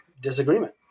disagreement